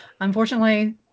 Unfortunately